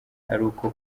ariko